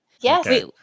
Yes